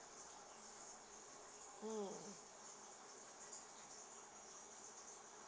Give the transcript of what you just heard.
hmm